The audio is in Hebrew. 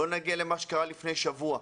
שלא נגיע למה שקרה לפני שבוע,